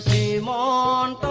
am on